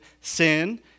sin